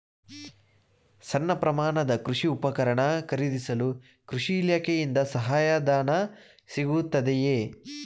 ಸಣ್ಣ ಪ್ರಮಾಣದ ಕೃಷಿ ಉಪಕರಣ ಖರೀದಿಸಲು ಕೃಷಿ ಇಲಾಖೆಯಿಂದ ಸಹಾಯಧನ ಸಿಗುತ್ತದೆಯೇ?